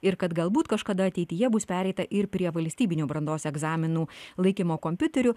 ir kad galbūt kažkada ateityje bus pereita ir prie valstybinių brandos egzaminų laikymo kompiuterių